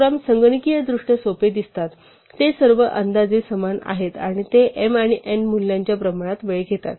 programme संगणकीयदृष्ट्या सोपे दिसतात ते सर्व अंदाजे समान आहेत आणि ते m आणि n मूल्यांच्या प्रोपोर्शनल वेळ घेतात